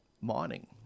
Mining